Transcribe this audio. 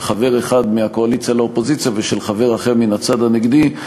של חבר אחד מהקואליציה לאופוזיציה ושל חבר אחר מן הצד הנגדי.